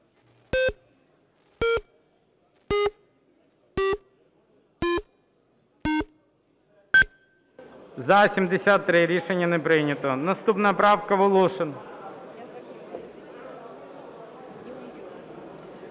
За-73 Рішення не прийнято. Наступна правка Волошина.